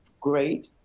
great